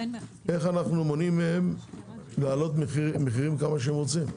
איך אנו מונעים מהם להעלות מחירים כמה שהם רוצים.